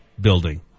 building